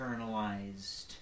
internalized